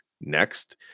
next